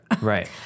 Right